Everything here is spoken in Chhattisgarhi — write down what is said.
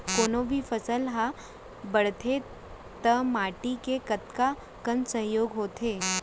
कोनो भी फसल हा बड़थे ता माटी के कतका कन सहयोग होथे?